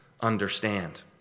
understand